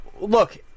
look